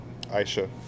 Aisha